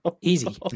Easy